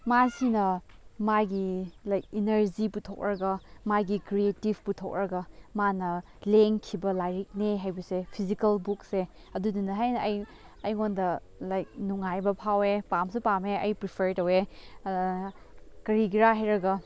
ꯃꯥꯁꯤꯅ ꯃꯥꯒꯤ like energy ꯄꯨꯊꯣꯛꯂꯒ ꯃꯥꯒꯤ ꯀ꯭ꯔꯦꯇꯤꯞ ꯄꯨꯊꯣꯛꯂꯒ ꯃꯥꯅ ꯂꯦꯡꯈꯤꯕ ꯂꯥꯏꯔꯤꯛꯅꯦ ꯍꯥꯏꯕꯁꯦ ꯐꯤꯖꯤꯀꯦꯜ ꯕꯨꯛꯁꯦ ꯑꯗꯨꯗꯨꯅ ꯍꯦꯟꯅ ꯑꯩ ꯑꯩꯉꯣꯟꯗ ꯂꯥꯏꯛ ꯅꯨꯡꯉꯥꯏꯕ ꯐꯥꯎꯋꯦ ꯄꯥꯝꯁꯨ ꯄꯥꯝꯃꯦ ꯑꯩ ꯄ꯭ꯔꯤꯐꯔ ꯇꯧꯋꯦ ꯀꯔꯤꯒꯤꯔ ꯍꯥꯏꯔꯒ